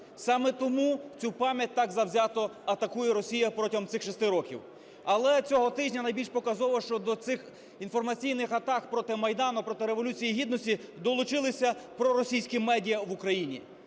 Саме тому цю пам'ять там завзято атакує Росія протягом цих 6 років. Але цього тижня найбільш показово, що до цих інформаційних атак проти Майдану, проти Революції Гідності долучилися проросійські медіа в Україні,